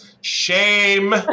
Shame